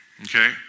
Okay